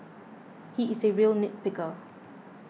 he is a real nit picker